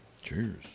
Cheers